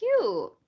Cute